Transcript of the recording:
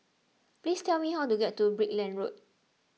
please tell me how to get to Brickland Road